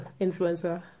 influencer